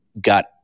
got